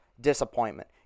disappointment